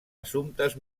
assumptes